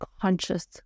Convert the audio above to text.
conscious